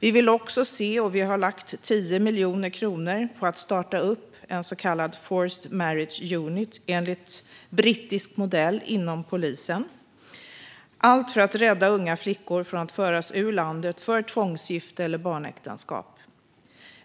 Vi vill också se och har lagt 10 miljoner kronor på att starta upp en så kallad forced marriage unit enligt brittisk modell inom polisen, allt för att rädda unga flickor från att föras ut ur landet för tvångsgifte eller barnäktenskap.